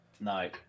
No